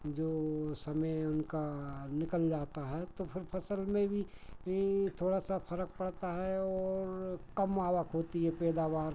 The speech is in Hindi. जो समय उनका निकल जाता है तो फिर फसल में भी भी थोड़ा सा फ़र्क पड़ता है और कम आवक होती है पैदावार